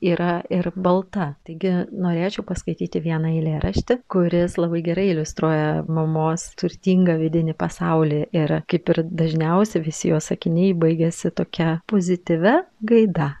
yra ir balta taigi norėčiau paskaityti vieną eilėraštį kuris labai gerai iliustruoja mamos turtingą vidinį pasaulį ir kaip ir dažniausiai visi jo sakiniai baigiasi tokia pozityvia gaida